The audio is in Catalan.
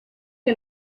que